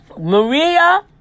maria